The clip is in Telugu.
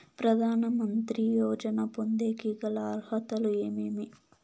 ప్రధాన మంత్రి యోజన పొందేకి గల అర్హతలు ఏమేమి?